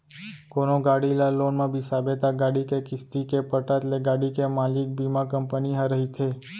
कोनो गाड़ी ल लोन म बिसाबे त गाड़ी के किस्ती के पटत ले गाड़ी के मालिक बीमा कंपनी ह रहिथे